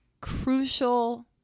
crucial